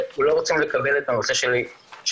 והם לא רוצים לקבל את הנושא של ההתמכרויות.